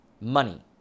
money